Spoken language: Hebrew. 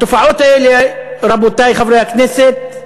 התופעות האלה, רבותי חברי הכנסת,